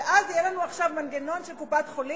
ואז יהיה לנו עכשיו מנגנון של קופת-חולים,